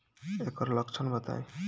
एकर लक्षण बताई?